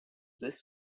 this